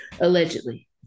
allegedly